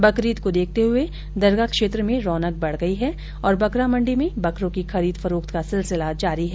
बंकरीद को देखते हुए दरगाह क्षेत्र में रौनक बढ़ गई है और बकरा मंडी में बकरों की खरीद फरोख्त का सिलसिला जारी है